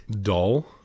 dull